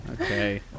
okay